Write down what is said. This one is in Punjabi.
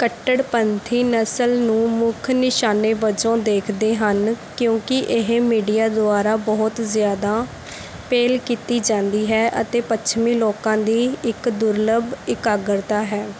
ਕੱਟੜਪੰਥੀ ਨਸਲ ਨੂੰ ਮੁੱਖ ਨਿਸ਼ਾਨੇ ਵਜੋਂ ਦੇਖਦੇ ਹਨ ਕਿਉਂਕਿ ਇਹ ਮੀਡੀਆ ਦੁਆਰਾ ਬਹੁਤ ਜ਼ਿਆਦਾ ਪੇਲ਼ ਕੀਤੀ ਜਾਂਦੀ ਹੈ ਅਤੇ ਪੱਛਮੀ ਲੋਕਾਂ ਦੀ ਇੱਕ ਦੁਰਲੱਭ ਇਕਾਗਰਤਾ ਹੈ